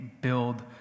build